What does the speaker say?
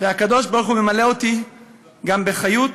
והקדוש-ברוך-הוא ממלא אותי גם בחיות,